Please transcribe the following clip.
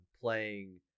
playing